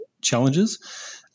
challenges